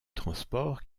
transport